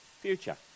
Future